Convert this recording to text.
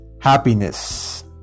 happiness